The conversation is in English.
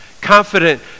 Confident